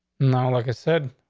no. like i said,